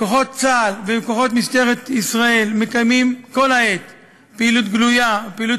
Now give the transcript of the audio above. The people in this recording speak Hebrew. כוחות צה"ל וכוחות משטרת ישראל מקיימים כל העת פעילות גלויה ופעילות